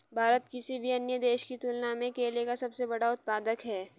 भारत किसी भी अन्य देश की तुलना में केले का सबसे बड़ा उत्पादक है